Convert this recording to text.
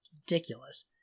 Ridiculous